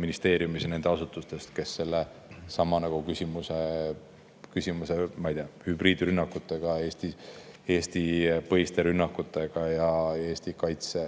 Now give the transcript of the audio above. ministeeriumis ja nendes asutustes, kes sellesama küsimuse, ma ei tea, hübriidrünnakutega, Eesti-põhiste rünnakutega ning Eesti kaitse